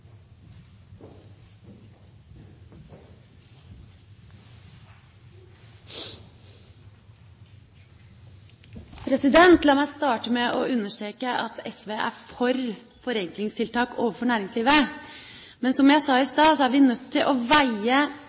La meg starte med å understreke at SV er for forenklingstiltak overfor næringslivet. Men som jeg sa i stad, er vi nødt til å veie